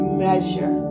measure